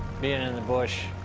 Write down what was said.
being in the bush,